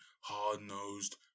hard-nosed